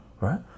right